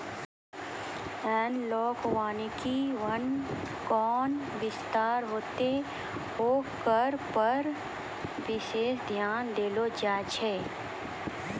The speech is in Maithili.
एनालाँक वानिकी वन कैना विस्तार होतै होकरा पर विशेष ध्यान देलो जाय छै